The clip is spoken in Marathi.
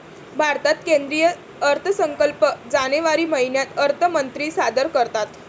भारतात केंद्रीय अर्थसंकल्प जानेवारी महिन्यात अर्थमंत्री सादर करतात